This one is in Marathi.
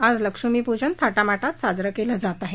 आज लक्ष्मीपूजन थाटामाटात साजरं केलं जात आहे